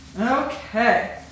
Okay